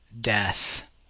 death